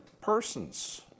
persons